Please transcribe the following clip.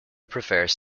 prefers